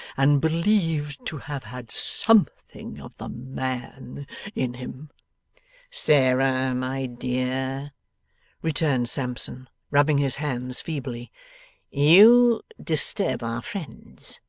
and believed to have had something of the man in him sarah, my dear returned sampson, rubbing his hands feebly you disturb our friends.